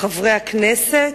חברי הכנסת,